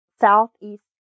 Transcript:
southeast